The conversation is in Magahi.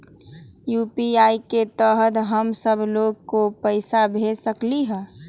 यू.पी.आई के तहद हम सब लोग को पैसा भेज सकली ह?